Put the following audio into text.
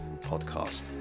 podcast